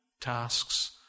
tasks